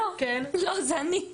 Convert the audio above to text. לא, זה אני,